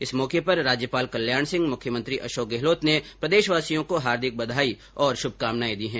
इस मौके पर राज्यपाल कल्याण सिंह मुख्यमंत्री अशोक गहलोत ने प्रदेशवासियों को हार्दिक बघाई और शुभकामनाएं दी हैं